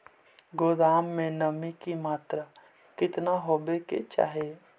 गोदाम मे नमी की मात्रा कितना होबे के चाही?